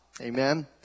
Amen